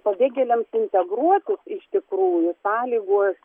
pabėgėliams integruoti iš tikrųjų sąlygos